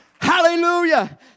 hallelujah